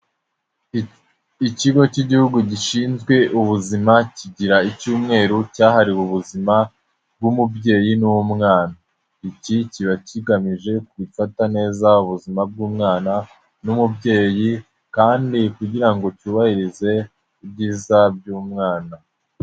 Ikigo cy'igihugu gishinzwe ubuzima kigira icyumweru cyahariwe ubuzima, bw'umubyeyi n'umwana. Iki kiba kigamije gufata neza ubuzima bw'umwana n'umubyeyi, kandi kugira ngo cyubahirize ibyiza by'umwana.